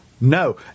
No